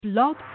Blog